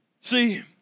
See